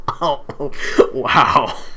wow